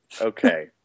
okay